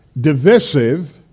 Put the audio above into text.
divisive